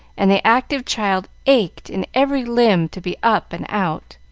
and the active child ached in every limb to be up and out.